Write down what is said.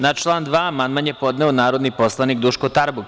Na član 2. amandman je podneo narodni poslanik Duško Tarbuk.